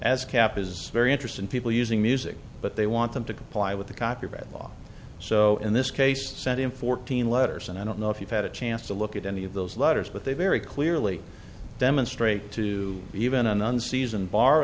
as cap is very interest in people using music but they want them to comply with the copyright law so in this case sent in fourteen letters and i don't know if you've had a chance to look at any of those letters but they very clearly demonstrate to even an unseasoned bar